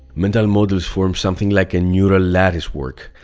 mental models form something like neural latticework.